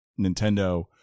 Nintendo